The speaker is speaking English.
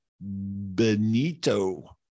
Benito